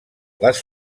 les